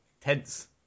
Tense